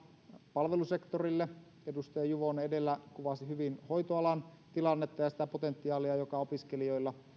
palvelusektorille edustaja juvonen edellä kuvasi hyvin hoitoalan tilannetta ja sitä potentiaalia joka opiskelijoilla